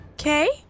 okay